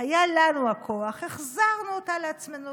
היה לנו הכוח, החזרנו אותה לעצמנו.